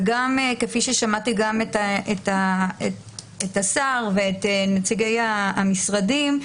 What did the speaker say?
וגם כפי ששמעתי את השר ואת נציגי המשרדים כולם,